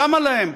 למה להם?